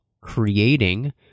creating